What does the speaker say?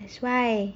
that's why